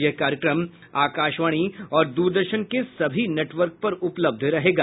यह कार्यक्रम आकाशवाणी और द्रदर्शन के सभी नेटवर्क पर उपलब्ध रहेगा